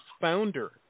founder